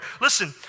Listen